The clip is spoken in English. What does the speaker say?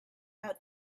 out